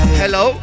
hello